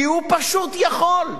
כי הוא פשוט יכול.